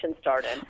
started